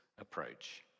approach